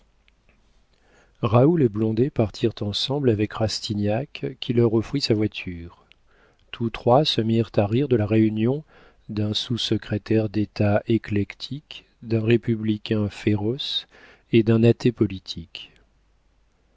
raoul et blondet partirent ensemble avec rastignac qui leur offrit sa voiture tous trois se mirent à rire de la réunion d'un sous-secrétaire d'état éclectique d'un républicain féroce et d'un athée politique